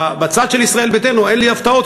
בצד של ישראל ביתנו אין לי הפתעות,